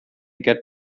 get